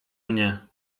mnie